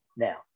Now